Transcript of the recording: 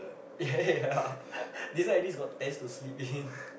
ya this one at least got tents to sleep in